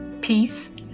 peace